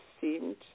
seemed